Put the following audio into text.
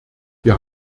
wir